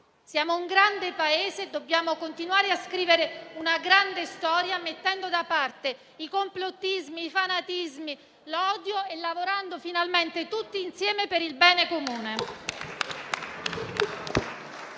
Siamo un grande Paese e dobbiamo continuare a scrivere una grande storia, mettendo da parte i complottismi, i fanatismi, l'odio e lavorando finalmente tutti insieme per il bene comune.